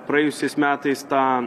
praėjusiais metais tą